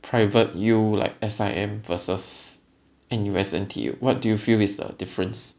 private U like S_I_M versus N_U_S N_T_U what do you feel is the difference